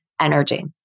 energy